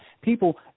people